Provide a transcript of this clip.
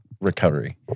recovery